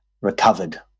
recovered